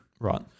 Right